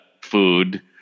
food